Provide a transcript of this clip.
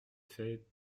fait